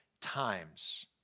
times